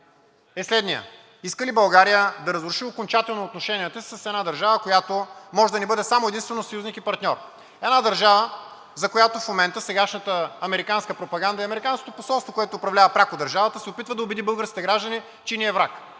е следният: иска ли България да разруши окончателно отношенията си с една държава, която може да ни бъде само и единствено съюзник и партньор. Една държава, за която в момента сегашната американска пропаганда и Американското посолство, което управлява пряко държавата, се опитва да убеди българските граждани, че ни е враг.